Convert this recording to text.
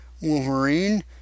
Wolverine